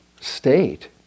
state